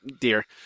Dear